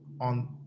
on